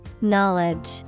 Knowledge